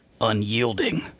unyielding